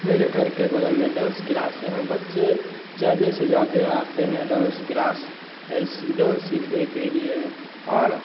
मेरे घर के बगल में डांस क्लास है वहाँ बच्चे ज़्यादा से ज़्यादा आते हैं डांस क्लास डांस सीखने के लिए और